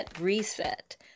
Reset